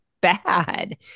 bad